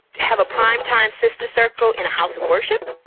have a prime time sister circle in a house of worship.